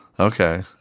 Okay